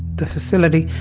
the facility.